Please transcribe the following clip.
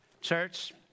Church